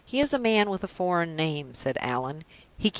he is a man with a foreign name, said allan.